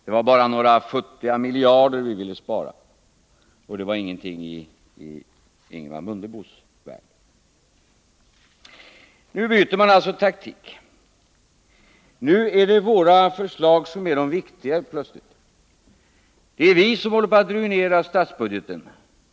Det var bara några futtiga miljarder vi ville spara, och det var ingenting i Ingemar Mundebos värld. Nu byter Ingemar Mundebo taktik. Nu är det helt plötsligt våra förslag som är de viktigaste. Det är vi som håller på att ruinera statsbudgeten.